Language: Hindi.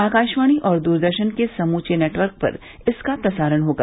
आकाशवाणी और दूरदर्शन के समूचे नेटवर्क पर इसका प्रसारण होगा